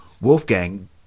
Wolfgang